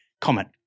comment